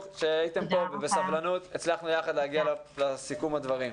שהייתם פה והצלחנו יחד בסבלנות להגיע לסיכום הדברים.